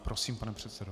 Prosím, pane předsedo.